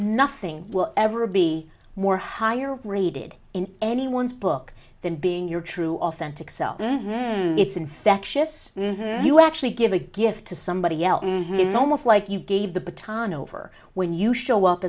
nothing will ever be more higher rated in anyone's book than being your true authentic self it's infectious you actually give a gift to somebody else it's almost like you gave the baton over when you show up